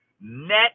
net